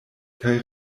kaj